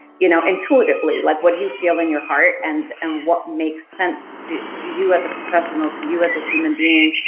you know intuitively like what do you feel in your heart and and what makes to to you as a professional, to you as a human being,